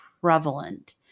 prevalent